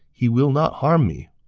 he will not harm me.